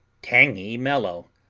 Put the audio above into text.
tangy mellow,